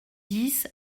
dix